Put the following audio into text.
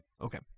Okay